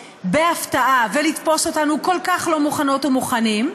בהפתעה ולתפוס אותנו כל כך לא מוכנות ומוכנים.